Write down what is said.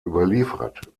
überliefert